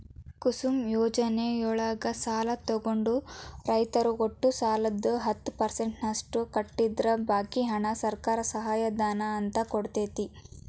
ಕುಸುಮ್ ಯೋಜನೆಯೊಳಗ ಸಾಲ ತೊಗೊಂಡ ರೈತರು ಒಟ್ಟು ಸಾಲದ ಹತ್ತ ಪರ್ಸೆಂಟನಷ್ಟ ಕಟ್ಟಿದ್ರ ಬಾಕಿ ಹಣಾನ ಸರ್ಕಾರ ಸಹಾಯಧನ ಅಂತ ಕೊಡ್ತೇತಿ